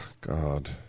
God